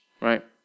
right